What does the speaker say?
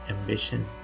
ambition